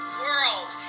world